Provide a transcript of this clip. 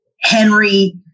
Henry